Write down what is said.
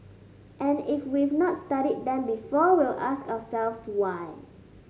and if we've not studied them before we'll ask ourselves why